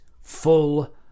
full